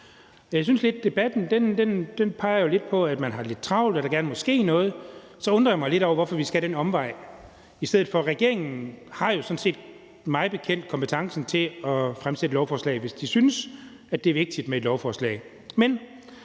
Jeg synes, at debatten jo peger lidt på, at man har lidt travlt, eller at der gerne må ske noget. Så undrer jeg mig lidt over, hvorfor vi skal ad den omvej i stedet for. Regeringen har jo sådan set mig bekendt kompetencen til at fremsætte lovforslag, hvis de synes, at det er vigtigt med et lovforslag.